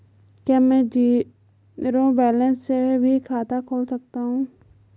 क्या में zero balance से भी खाता खोल सकता हूँ?